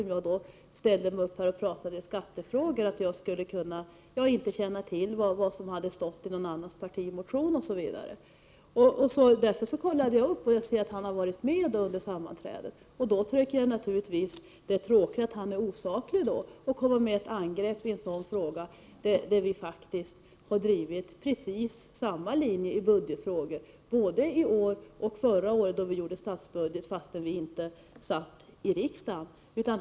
Om jag ställde mig upp och pratade i skattefrågor vore det ganska naturligt om jag inte kände till vad som stod i någon annans partimotion, osv. När jag kollade såg jag att Castberger hade varit med under sammanträdet, och då är det tråkigt att han är osaklig och kommer med angrepp i en fråga där miljöpartiet har drivit samma linje i budgetfrågor både i år och förra året, då vi gjorde upp en statsbudget trots att vi inte satt i riksdagen.